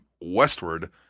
westward